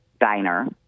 diner